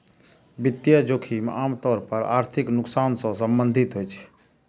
वित्तीय जोखिम आम तौर पर आर्थिक नुकसान सं संबंधित होइ छै